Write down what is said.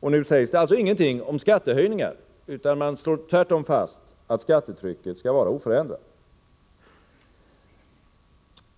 Nu sägs det alltså ingenting om skattehöjningar, utan man slår tvärtom fast att skattetrycket skall vara oförändrat.